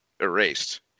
erased